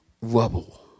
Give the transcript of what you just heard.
Rubble